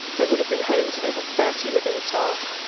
they would have been home to over thirty live-in staff,